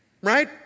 Right